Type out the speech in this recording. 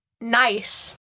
nice